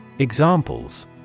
Examples